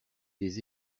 des